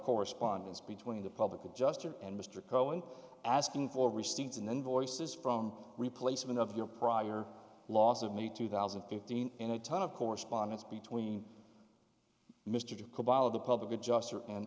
correspondence between the public adjuster and mr cohen asking for receipts and then voices from replacement of your prior lawsuit need two thousand and fifteen in a ton of correspondence between mr to the public adjuster and